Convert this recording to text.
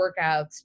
workouts